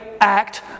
act